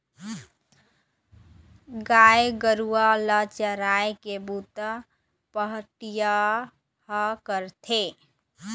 गाय गरूवा ल चराए के बूता पहाटिया ह करथे